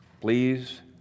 please